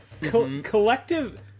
Collective